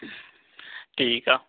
ਠੀਕ ਆ